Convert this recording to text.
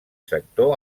sector